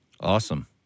Awesome